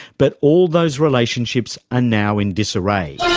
but all those relationships are now in disarray,